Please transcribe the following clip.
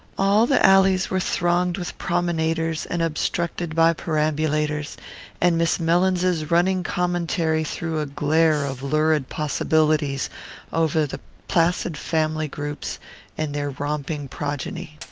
all the alleys were thronged with promenaders and obstructed by perambulators and miss mellins's running commentary threw a glare of lurid possibilities over the placid family groups and their romping progeny.